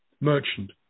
merchant